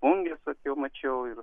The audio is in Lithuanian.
unges aš jau mačiau ir